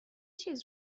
چیز